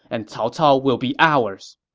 and cao cao will be ours.